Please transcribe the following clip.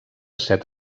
set